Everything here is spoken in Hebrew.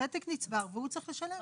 הוותק נצבר והוא צריך לשלם,